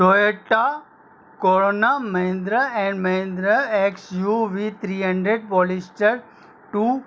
Toyota Corona Mahindra uh uh Mahindra X U V three hundred polyester two